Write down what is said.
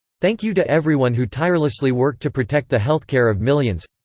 thank you to everyone who tirelessly worked to protect the healthcare of millions.